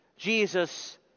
Jesus